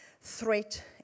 threat